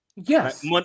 Yes